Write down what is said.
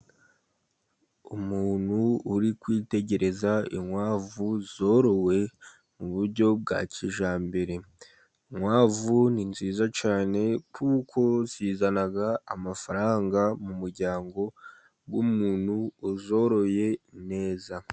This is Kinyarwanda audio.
Umuntu uri kwitegereza inkwavu zorowe mu buryo bwa kijyambere. Inkwavu ni nziza cyane kuko zizana amafaranga mu muryango w'umuntu uzoroye neza.